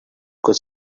good